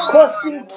Causing